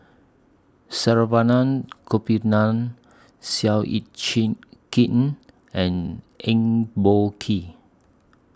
Saravanan Gopinathan Seow Yit Kin and Eng Boh Kee